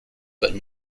but